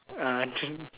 uh